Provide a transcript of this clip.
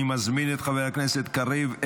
אני מזמין את חבר הכנסת קריב,